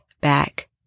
back